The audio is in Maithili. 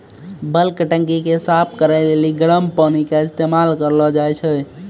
बल्क टंकी के साफ करै लेली गरम पानी के इस्तेमाल करलो जाय छै